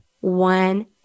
one